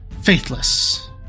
Faithless